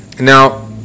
Now